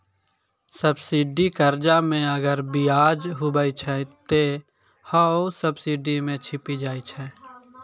subsidy कर्जा मे अगर बियाज हुवै छै ते हौ सब्सिडी मे छिपी जाय छै